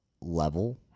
level